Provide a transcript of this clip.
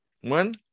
one